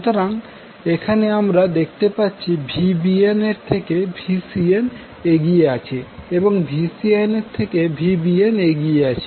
সুতরাং এখানে আমরা দেখতে পাচ্ছি যে Vbnএর থেকে Van এগিয়ে আছে এবং Vcnএর থেকে Vbnএগিয়ে আছে